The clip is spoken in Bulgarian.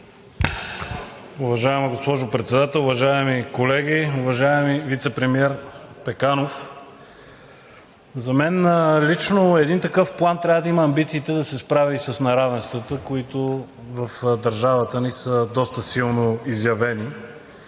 Уважаема госпожо Председател, уважаеми колеги, уважаеми вицепремиер Пеканов! За мен лично един такъв план трябва да има амбициите да се справи с неравенствата, които в държавата ни са доста силно изявени.